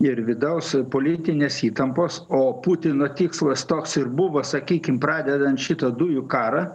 ir vidaus politinės įtampos o putino tikslas toks ir buvo sakykim pradedant šito dujų karą